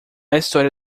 história